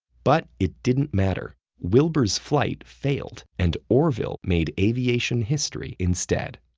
but it didn't matter wilbur's flight failed, and orville made aviation history, instead.